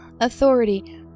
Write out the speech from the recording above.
authority